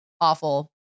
awful